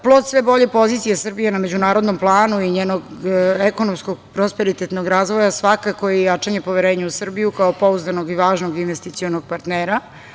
Plod sve bolje pozicije Srbije na međunarodnom planu i njenog ekonomskog prosperitetnog razvoja svakako je i jačanje poverenja u Srbiju, kao pouzdanog i važnog investicionog partnera.